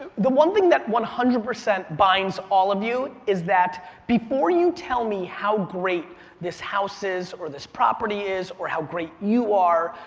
the one thing that one hundred percent binds all of you is that before you tell me how great this house is, or this property is, or how great you are,